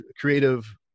creative